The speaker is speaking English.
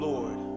Lord